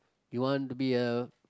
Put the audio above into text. you want to be a